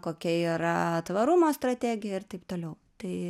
kokia yra tvarumo strategija ir taip toliau tai